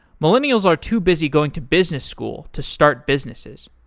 millennials are too busy going to business school to start businesses.